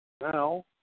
Now